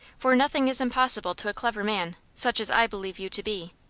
for nothing is impossible to a clever man, such as i believe you to be.